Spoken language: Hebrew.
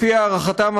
לפי הערכתם,